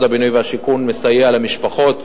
הבינוי והשיכון מסייע היום למשפחות.